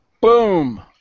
Boom